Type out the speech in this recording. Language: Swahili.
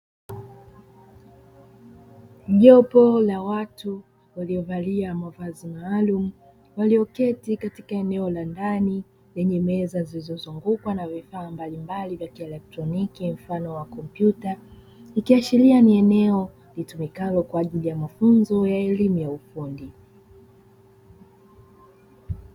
Jopo la watu waliovalia mavazi maalumu ,walioketi katika eneo la ndani lenye meza zilizozungukwa na vifaa mbalimbali vya kielektroniki mfano wa kompyuta, ikiashiria ni eneo litumikalo kwa ajili ya mafunzo ya elimu ya ufundi.